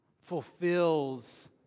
fulfills